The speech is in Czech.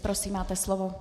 Prosím, máte slovo.